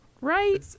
Right